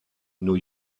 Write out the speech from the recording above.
new